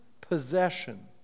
possession